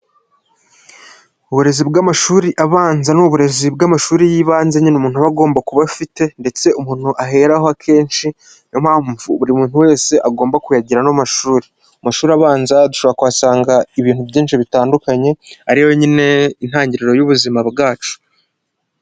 Uburezi bw'amashuri abanza ni uburezi bw'amashuri y'ibanze nyine umuntu aba agomba kuba afite, ndetse umuntu aheraho akenshi, niyo buri muntu wese agomba kuyagira, n'amashuri abanza dushobora kuhasanga ibintu byinshi bitandukanye, ari yo nyine, intangiriro y'ubuzima bwacu.